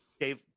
Dave